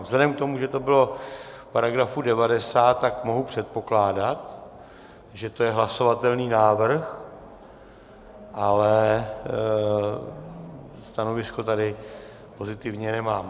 Vzhledem k tomu, že to bylo v § 90, tak mohu předpokládat, že to je hlasovatelný návrh, ale stanovisko tady pozitivně nemám.